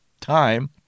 time